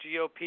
GOP